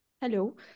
Hello